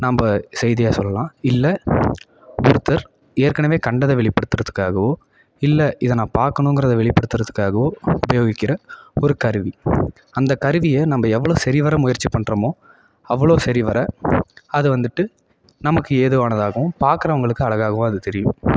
நம்ப செய்தியாக சொல்லலாம் இல்லை ஒருத்தர் ஏற்கனவே கண்டதை வெளிப்படுத்துறதுக்காகவும் இல்லை இதை நான் பாக்கணுங்கறதை வெளிப்படுத்துறதுக்காகவும் உபயோகிக்கிற ஒரு கருவி அந்த கருவியை நம்ப எவ்வளோ சரிவர முயற்சி பண்ணுறோமோ அவ்வளோ சரிவர அதை வந்துவிட்டு நமக்கு ஏதுவானதாகவும் பார்க்கறவங்களுக்கு அழகாகவும் அது தெரியும்